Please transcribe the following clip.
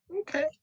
Okay